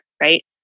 right